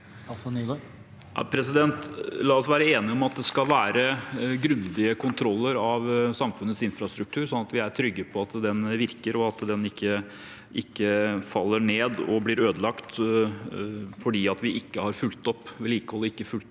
La oss være enige om at det skal være grundige kontroller av samfunnets infrastruktur, sånn at vi er trygge på at den virker og ikke faller ned og blir ødelagt fordi vi ikke har fulgt opp vedlikehold og